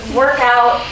workout